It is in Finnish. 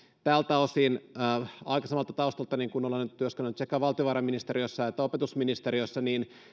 tältä osin kun aikaisemmalta taustaltani olen työskennellyt sekä valtiovarainministeriössä että opetusministeriössä